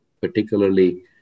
particularly